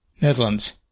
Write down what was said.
Netherlands